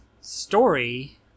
story